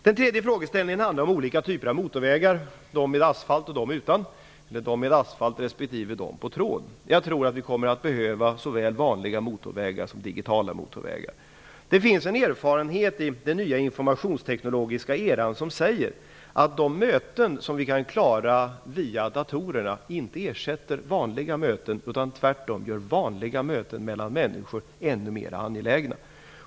Den tredje frågeställningen handlar om olika typer av motorvägar, sådana med asfalt respektive sådana på tråd. Jag tror att vi kommer att behöva såväl vanliga motorvägar som digitala sådana. Det finns en erfarenhet i den informationsteknologiska eran som säger att de möten som vi kan klara via datorerna inte ersätter vanliga möten utan tvärtom gör sådana möten mellan människor ännu mer angelägna.